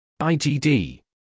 IGD